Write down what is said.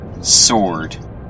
Sword